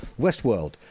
Westworld